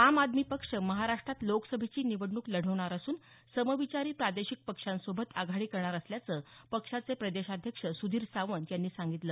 आम आदमी पक्ष महाराष्ट्रात लोकसभेची निवडणूक लढवणार असून समविचारी प्रादेशिक पक्षांसोबत आघाडी करणार असल्याचं पक्षाचे प्रदेशाध्यक्ष सुधीर सावंत यांनी सांगितलं